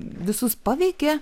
visus paveikė